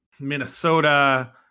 Minnesota